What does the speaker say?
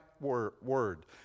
word